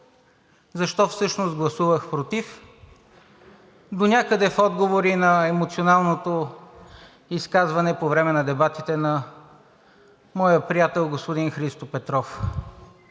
защо всъщност гласувах против, донякъде в отговор и на емоционалното изказване по време на дебатите на моя приятел господин Христо Петров.